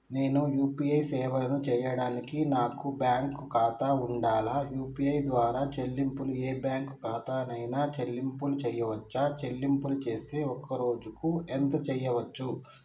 నేను యూ.పీ.ఐ సేవలను చేయడానికి నాకు బ్యాంక్ ఖాతా ఉండాలా? యూ.పీ.ఐ ద్వారా చెల్లింపులు ఏ బ్యాంక్ ఖాతా కైనా చెల్లింపులు చేయవచ్చా? చెల్లింపులు చేస్తే ఒక్క రోజుకు ఎంత చేయవచ్చు?